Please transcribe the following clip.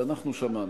אבל אנחנו שמענו.